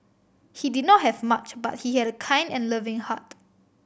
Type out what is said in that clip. he did not have much but he had a kind and loving heart